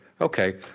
okay